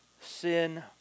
sin